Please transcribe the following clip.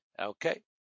Okay